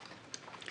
עשרה מתוך עשרים.